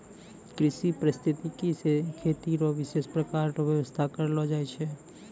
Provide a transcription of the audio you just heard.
कृषि परिस्थितिकी से खेती रो विशेष प्रकार रो व्यबस्था करलो जाय छै